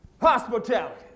hospitality